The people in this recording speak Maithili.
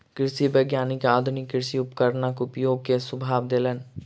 कृषि वैज्ञानिक आधुनिक कृषि उपकरणक उपयोग के सुझाव देलैन